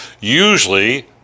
Usually